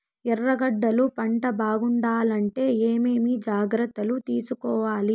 ఎర్రగడ్డలు పంట బాగుండాలంటే ఏమేమి జాగ్రత్తలు తీసుకొవాలి?